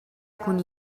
cun